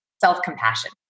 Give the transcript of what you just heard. self-compassion